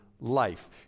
life